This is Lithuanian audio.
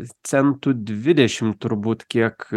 centu dvidešimt turbūt kiek